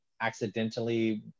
Accidentally